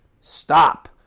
Stop